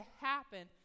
happen